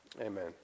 amen